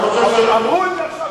אבל אמרו את זה עכשיו,